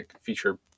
feature